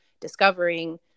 discovering